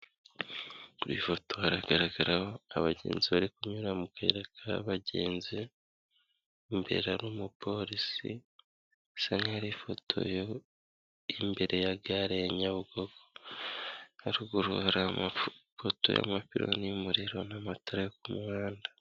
Ku ifoto haragaragaraho abagenzi bari kunyura mu kayira k' abagenzi, imbere hari umupolisi, bisa nk'aho ari ifoto imbere ya gare ya Nyabugogo. Haruguru hari amapoto y'amapironi y'umuriro n'amatara yo ku muhanda.